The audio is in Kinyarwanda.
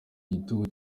igitugu